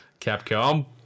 Capcom